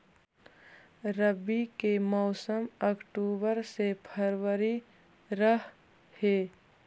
रब्बी के मौसम अक्टूबर से फ़रवरी रह हे